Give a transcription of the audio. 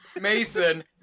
Mason